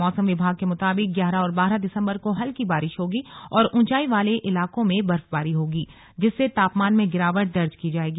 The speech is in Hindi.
मौसम विभाग के मुताबिक ग्यारह और बारह दिसंबर को हलकी बारिश होगी और ऊंचाई वाले इलाकों में बर्फबारी होगी जिससे तापमान में गिरावट दर्ज की जाएगी